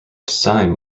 design